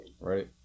Right